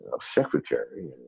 secretary